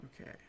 Okay